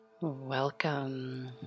Welcome